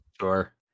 Sure